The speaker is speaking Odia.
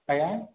ଆଜ୍ଞା